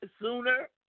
sooner